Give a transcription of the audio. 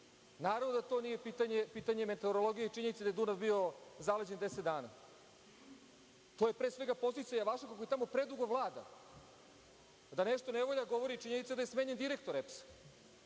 Naravno da to nije pitanje meteorologije i činjenice da je Dunav bio zaleđen deset dana. To je pre svega posledica javašluka koji tamo predugo vlada. Da nešto ne valja govori činjenica da je smenjen direktor EPS-a,